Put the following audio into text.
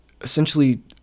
essentially